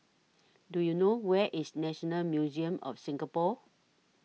Do YOU know Where IS National Museum of Singapore